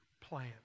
plan